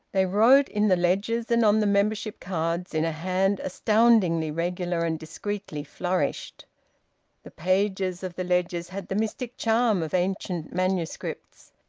they wrote in the ledgers, and on the membership-cards, in a hand astoundingly regular and discreetly flourished the pages of the ledgers had the mystic charm of ancient manuscripts,